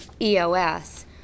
EOS